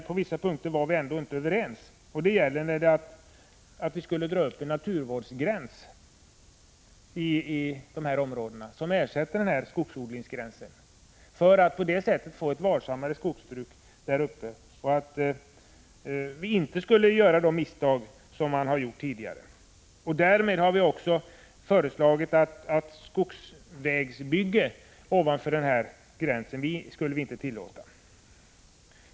På vissa punkter var vi dock inte överens, bl.a. då det gäller att i dessa områden dra upp en naturvårdsgräns som ersätter skogsodlingsgränsen, för att på det sättet få ett varsammare skogsbruk där uppe och inte göra samma misstag som man gjort tidigare. Därmed har vi också föreslagit att skogsvägsbyggen ovanför denna gräns inte skall tillåtas.